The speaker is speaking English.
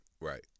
Right